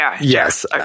Yes